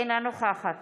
אינה נוכחת